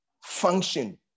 function